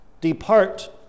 Depart